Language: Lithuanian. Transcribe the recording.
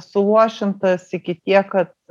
suluošintas iki tiek kad